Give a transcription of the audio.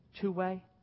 Two-way